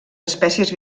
espècies